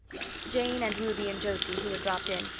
jane and ruby and josie, who had dropped in,